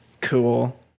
Cool